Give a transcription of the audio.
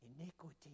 iniquity